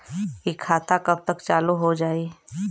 इ खाता कब तक चालू हो जाई?